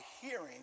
hearing